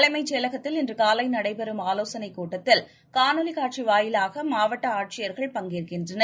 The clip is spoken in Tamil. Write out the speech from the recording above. தலைமைச் செயலகத்தில் இன்று காலை நடைபெறும் ஆலோசனைக் கூட்டத்தில் காணொலிக் காட்சி வாயிலாக மாவட்ட ஆட்சியர்கள் பங்கேற்கின்றனர்